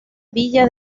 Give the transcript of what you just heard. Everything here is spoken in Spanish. villa